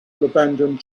abandoned